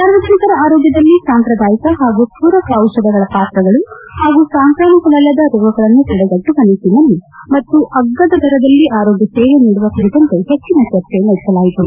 ಸಾರ್ವಜನಿಕರ ಆರೋಗ್ಲದಲ್ಲಿ ಸಾಂಪ್ರದಾಯಿಕ ಹಾಗೂ ಪೂರಕ ದಿಷಧಗಳ ಪಾತ್ರಗಳ ಹಾಗೂ ಸಾಂಕ್ರಾಮಿಕವಲ್ಲದ ರೋಗಗಳನ್ನು ತಡೆಗಟ್ಟುವ ನಿಟ್ಟನಲ್ಲಿ ಮತ್ತು ಅಗ್ಗದ ದರದಲ್ಲಿ ಆರೋಗ್ಯ ಸೇವೆ ನೀಡುವ ಕುರಿತಂತೆ ಹೆಚ್ಚನ ಚರ್ಚೆ ನಡೆಸಲಾಯಿತು